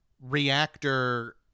reactor